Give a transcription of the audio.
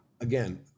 again